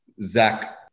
Zach